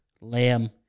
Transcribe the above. Lamb